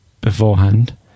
beforehand